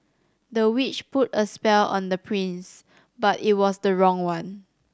the witch put a spell on the prince but it was the wrong one